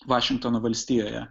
vašingtono valstijoje